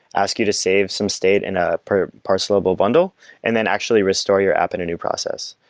ask you to save some state in a parse level bundle and then actually restore your app in a new process,